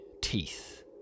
teeth